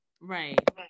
Right